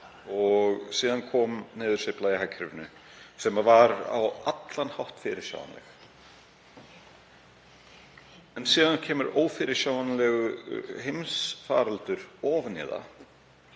en síðan kom niðursveifla í hagkerfinu sem var á allan hátt fyrirsjáanleg. Að auki kemur ófyrirsjáanlegur heimsfaraldur ofan í það.